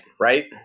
right